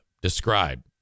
describe